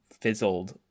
fizzled